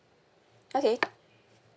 okay